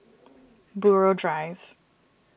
Buroh Drive